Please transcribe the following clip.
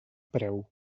preu